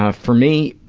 ah for me,